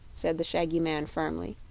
said the shaggy man, firmly.